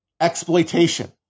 exploitation